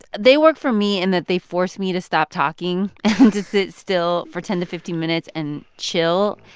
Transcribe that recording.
they work for me in that they force me to stop talking and to sit still for ten to fifteen minutes and chill.